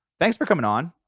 thanks for coming on,